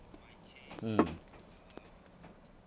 mm